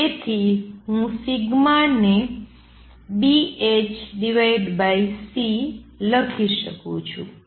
અને તેથી હું ને Bhc લખી શકું છું